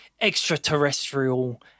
extraterrestrial